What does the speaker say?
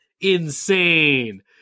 Insane